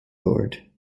board